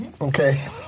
Okay